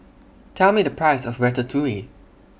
Tell Me The Price of Ratatouille